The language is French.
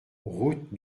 route